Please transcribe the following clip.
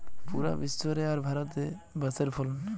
পুরা বিশ্ব রে আর ভারতে বাঁশের ফলন